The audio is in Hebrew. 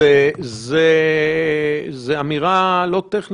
ביום ד' הבנתם שההפעלה היא לפי